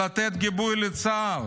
לתת גיבוי לצה"ל.